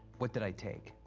what did i take?